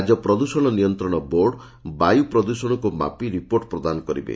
ରାଜ୍ୟ ପ୍ରଦୃଷଣ ନିୟନ୍ତଣ ବୋର୍ଡ ବାୟ ପ୍ରଦ୍ଷଣକୁ ମାପି ରିପୋର୍ଟ ପ୍ରଦାନ କରିବେ